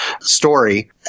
story